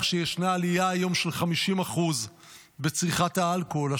שישנה היום עלייה של 50% בצריכת האלכוהול,